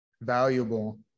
valuable